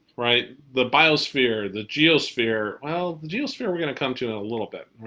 right? the biosphere, the geosphere, well, the geosphere we're gonna come to a little bit.